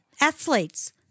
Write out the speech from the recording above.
Athletes